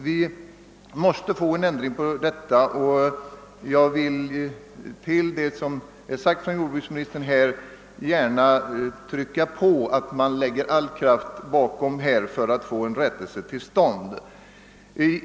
Vi måste få en ändring till stånd, och jag vill — utöver vad jordbruksministern sagt — gärna trycka på att man skall lägga all kraft bakom orden för att få en rättelse till stånd.